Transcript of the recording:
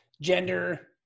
gender